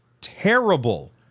terrible